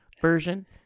version